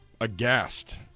aghast